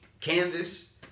canvas